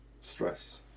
stress